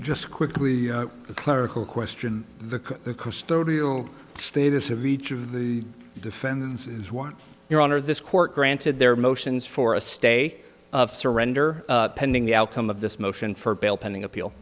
just quickly the clerical question the status of each of the defendants is one your honor this court granted their motions for a stay of surrender pending the outcome of this motion for bail pending appeal